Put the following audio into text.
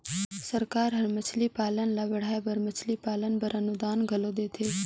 सरकार हर मछरी पालन ल बढ़ाए बर मछरी पालन बर अनुदान घलो देथे